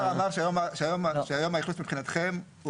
משרד האוצר אמר שיום האכלוס מבחינתכם,